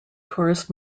tourist